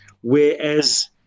Whereas